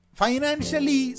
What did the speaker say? financially